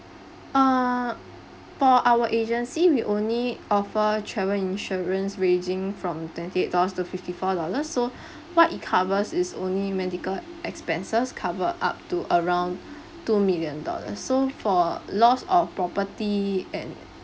uh for our agency we only offer travel insurance ranging from twenty eight dollars to fifty four dollars so what it covers is only medical expenses cover up to around two million dollars so for loss of property and